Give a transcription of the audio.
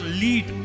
lead